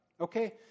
Okay